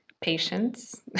patience